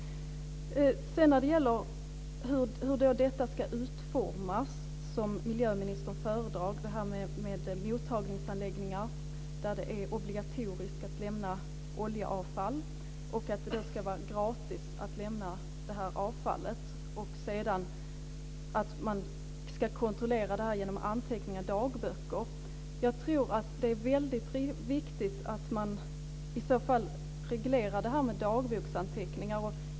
Sedan gäller det hur det ska utformas, det som miljöministern föredrog, alltså det här med mottagningsanläggningar där det är obligatoriskt att lämna oljevafall och där det ska vara gratis att lämna detta avfall. Man ska kontrollera detta genom anteckningar i dagböcker. Jag tror att det är väldigt viktigt att man i så fall reglerar det här med dagboksanteckningarna.